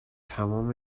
تمام